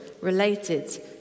related